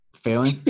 Failing